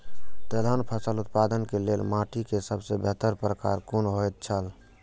तेलहन फसल उत्पादन के लेल माटी के सबसे बेहतर प्रकार कुन होएत छल?